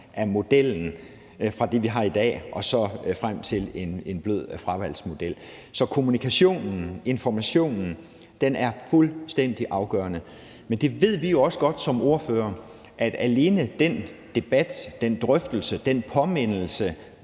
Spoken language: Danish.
af modellen fra det, vi har i dag, til en blød fravalgsmodel. Så kommunikationen og informationen er fuldstændig afgørende. Men vi ved også godt som ordførere, at det har vist sig gang på gang,